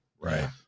Right